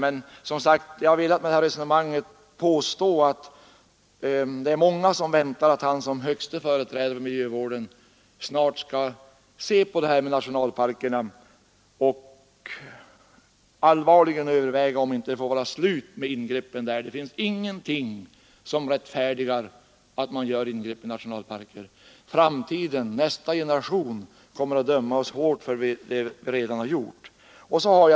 Många väntar dock att han som högsta företrädare för miljövården snart skall se på frågan om nationalparkerna och allvarligt överväga om det inte bör vara slut med ingreppen där. Det finns ingenting som rättfärdigar ingrepp i nationalparker. Kommande generationer kommer att döma oss hårt för det vi redan har gjort.